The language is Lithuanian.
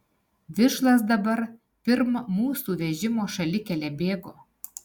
vižlas dabar pirm mūsų vežimo šalikele bėgo